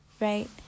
right